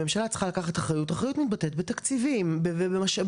הממשלה צריכה לקחת אחריות ואחריות מתבטאת בתקציבים ובמשאבים.